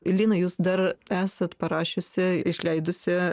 lina jūs dar esat parašiusi išleidusi